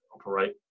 operate